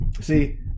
See